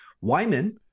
Wyman